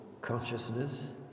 consciousness